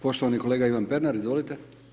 Poštovani kolega Ivan Pernar, izvolite.